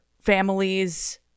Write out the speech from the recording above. families